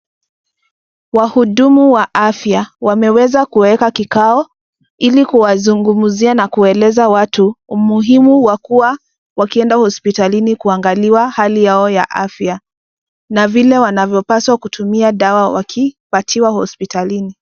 Wahudumu wa afya wameweza kuweka kikao ili kuwazungumzia na kuwaeleza watu umuhimu wa kuwa wakienda hospitalini kuangaliwa hali yao ya afya na vile wanapopaswa kutumia dawa wakipatiwa hospitalini.